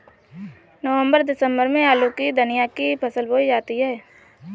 नवम्बर दिसम्बर में आलू धनिया की फसल बोई जाती है?